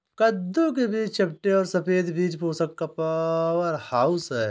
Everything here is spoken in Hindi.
कद्दू के बीज चपटे और सफेद बीज पोषण का पावरहाउस हैं